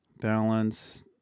Balance